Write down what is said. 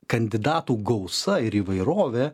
kandidatų gausa ir įvairovė